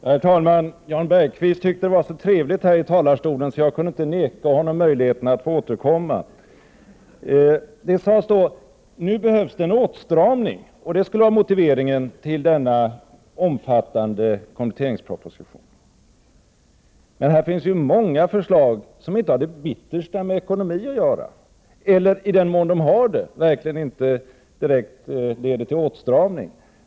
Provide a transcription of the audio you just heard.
Herr talman! Jan Bergqvist tyckte att det var så trevligt här i talarstolen att jag inte kunde neka honom möjligheten att återkomma. Han sade att det nu behövs en åtstramning, vilket skulle vara motiveringen till denna omfattande kompletteringsproposition. Men i kompletteringspropositionen finns det många förslag som inte har det bittersta med ekonomi att göra, och i den mån de har det leder förslagen verkligen inte direkt till åtstramning.